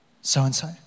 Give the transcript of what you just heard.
so-and-so